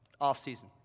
off-season